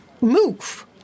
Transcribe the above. Move